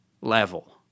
level